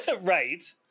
right